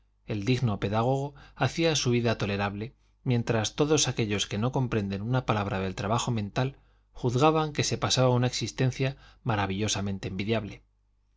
el digno pedagogo hacía su vida tolerable mientras todos aquellos que no comprenden una palabra del trabajo mental juzgaban que se pasaba una existencia maravillosamente envidiable